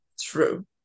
true